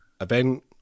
event